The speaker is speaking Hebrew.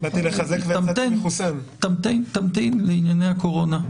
תמתין לענייני הקורונה.